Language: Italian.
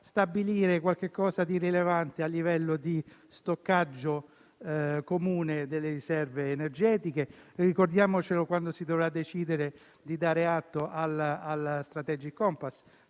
stabilire qualche misura rilevante a livello di stoccaggio comune delle riserve energetiche. Ricordiamolo quando si dovrà decidere di dare atto allo *strategy compass*,